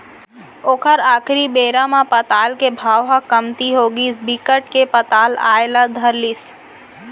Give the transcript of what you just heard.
ओखर आखरी बेरा म पताल के भाव ह कमती होगिस बिकट के पताल आए ल धर लिस